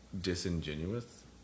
disingenuous